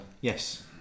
Yes